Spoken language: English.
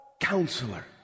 Counselor